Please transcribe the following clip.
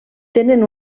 tenen